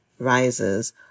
Rises